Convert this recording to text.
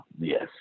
yes